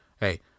hey